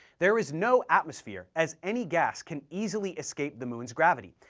there is no atmosphere, as any gas can easily escape the moon's gravity,